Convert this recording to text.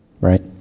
right